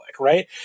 right